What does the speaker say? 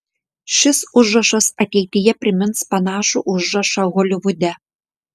šis užrašas ateityje primins panašų užrašą holivude